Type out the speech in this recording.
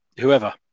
whoever